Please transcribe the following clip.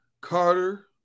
Carter